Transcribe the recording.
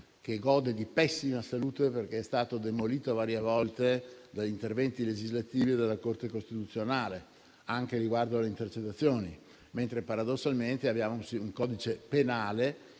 che gode di pessima salute, in quanto demolito varie volte da interventi legislativi e dalla Corte costituzionale, anche riguardo alle intercettazioni. Paradossalmente, abbiamo un codice penale,